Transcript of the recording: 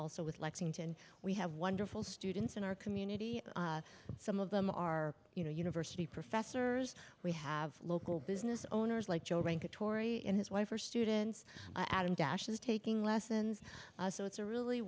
also with lexington we have wonderful students in our community some of them are you know university professors we have local business owners like joe rank tori and his wife are students adam dash is taking lessons so it's a really